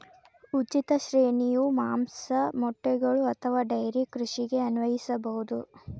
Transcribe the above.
ಉಚಿತ ಶ್ರೇಣಿಯು ಮಾಂಸ, ಮೊಟ್ಟೆಗಳು ಅಥವಾ ಡೈರಿ ಕೃಷಿಗೆ ಅನ್ವಯಿಸಬಹುದು